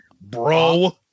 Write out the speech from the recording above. bro